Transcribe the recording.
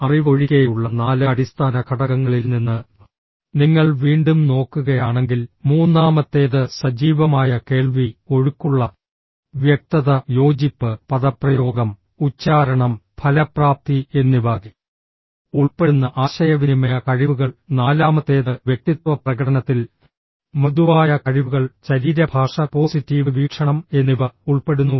അറിവ് ഒഴികെയുള്ള നാല് അടിസ്ഥാന ഘടകങ്ങളിൽ നിന്ന് നിങ്ങൾ വീണ്ടും നോക്കുകയാണെങ്കിൽ മൂന്നാമത്തേത് സജീവമായ കേൾവി ഒഴുക്കുള്ള വ്യക്തത യോജിപ്പ് പദപ്രയോഗം ഉച്ചാരണം ഫലപ്രാപ്തി എന്നിവ ഉൾപ്പെടുന്ന ആശയവിനിമയ കഴിവുകൾ നാലാമത്തേത് വ്യക്തിത്വ പ്രകടനത്തിൽ മൃദുവായ കഴിവുകൾ ശരീരഭാഷ പോസിറ്റീവ് വീക്ഷണം എന്നിവ ഉൾപ്പെടുന്നു